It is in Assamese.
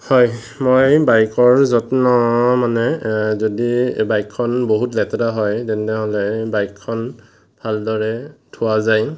হয় মই বাইকৰ যত্ন মানে যদি বাইকখন বহুত লেতেৰা হয় তেনেহ'লে বাইকখন ভালদৰে ধোৱা যায়